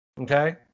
Okay